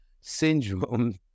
syndrome